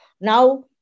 Now